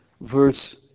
verse